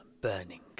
burning